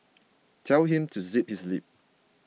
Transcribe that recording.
tell him to zip his lip